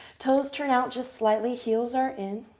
toes turn out just slightly. heels are in.